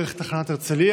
דרך תחנת הרצליה?